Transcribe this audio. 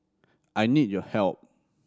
I need your help